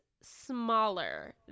smaller